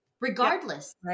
regardless